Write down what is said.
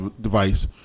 device